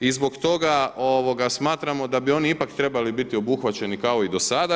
I zbog toga smatramo da bi oni ipak trebali biti obuhvaćeni kao i do sada.